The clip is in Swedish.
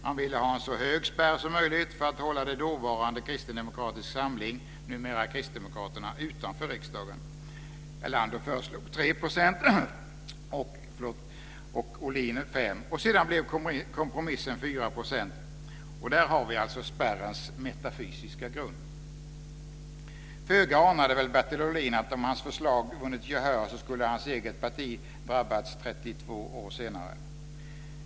Han ville ha en så hög spärr som möjligt för att hålla det dåvarande Där har vi spärrens metafysiska grund. Föga anade väl Bertil Ohlin att om hans förslag vunnit gehör så skulle hans eget parti ha drabbats 32 år senare.